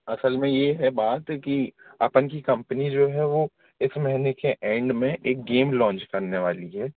असल में ये है बात की अपन की कंपनी जो है वो इस महीने के एंड में एक गेम लॉन्च करने वाली है